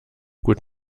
gut